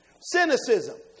Cynicism